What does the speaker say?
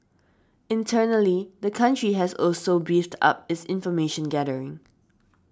internally the country has also beefed up its information gathering